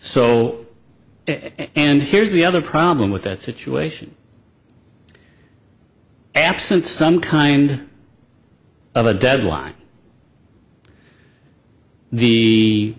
so and here's the other problem with that situation absent some kind of a deadline the